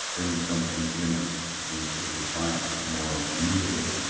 bringing some of these units into compliance more easily,